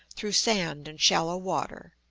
through sand and shallow water.